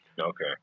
Okay